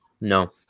no